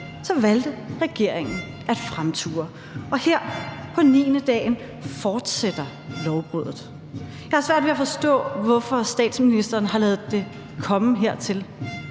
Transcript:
valgte regeringen at fremture, og her på niendedagen fortsætter lovbruddet. Jeg har svært ved at forstå, hvorfor statsministeren har ladet det komme hertil.